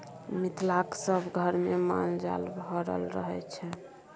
मिथिलाक सभ घरमे माल जाल भरल रहय छै